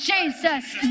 Jesus